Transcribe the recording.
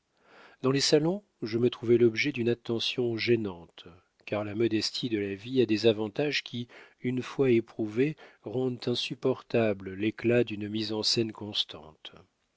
dans les salons je me trouvais l'objet d'une attention gênante car la modestie de la vie a des avantages qui une fois éprouvés rendent insupportable l'éclat d'une mise en scène constante